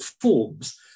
forms